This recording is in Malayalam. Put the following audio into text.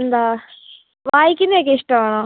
എന്താ വായിക്കുന്നതൊക്കെ ഇഷ്ടം ആണോ